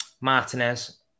Martinez